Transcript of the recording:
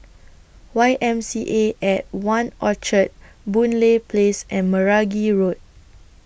Y M C A At one Orchard Boon Lay Place and Meragi Road